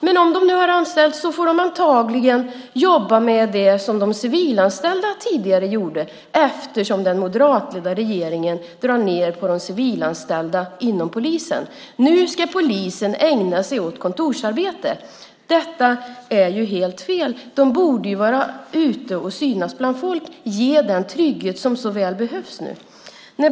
Men om de har anställts får de antagligen jobba med det som de civilanställda tidigare gjorde eftersom den moderatledda regeringen drar ned på de civilanställda inom polisen. Nu ska polisen ägna sig åt kontorsarbete. Detta är helt fel. De borde vara ute och synas bland folk och ge den trygghet som så väl behövs nu.